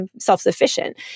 self-sufficient